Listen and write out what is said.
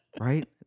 Right